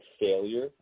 failure